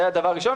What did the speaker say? זה דבר ראשון.